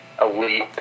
elite